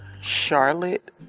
Charlotte